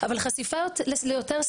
אבל חשיפה ליותר ספרים,